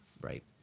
Right